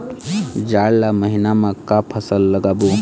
जाड़ ला महीना म का फसल लगाबो?